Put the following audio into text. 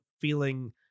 feeling